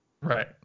Right